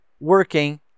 working